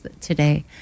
today